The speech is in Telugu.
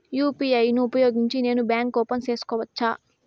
యు.పి.ఐ ను ఉపయోగించి నేను బ్యాంకు ఓపెన్ సేసుకోవచ్చా?